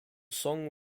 song